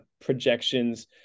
projections